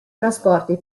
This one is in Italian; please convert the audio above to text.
trasporti